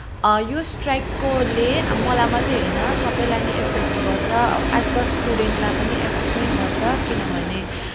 यो स्ट्राइककोले मलाई मात्रै होइन सबैलाई नै इफेक्ट गर्छ अब एज पर स्टुडेन्टलाई पनि इफेक्ट नै गर्छ किनभने